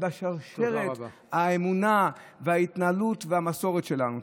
ובשרשרת האמונה וההתנהלות והמסורת שלנו.